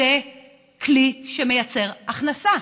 זה כלי שמייצר הכנסה.